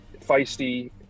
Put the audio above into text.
feisty